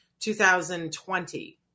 2020